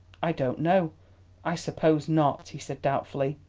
i don't know i suppose not, he said doubtfully.